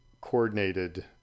coordinated